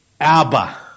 Abba